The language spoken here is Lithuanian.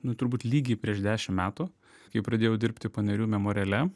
nu turbūt lygiai prieš dešim metų kai pradėjau dirbti panerių memoriale